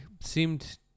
seemed